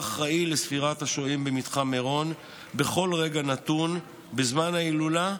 אחראי על ספירת השוהים במתחם מירון בכל רגע נתון בזמן ההילולה,